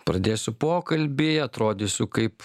pradėsiu pokalbį atrodysiu kaip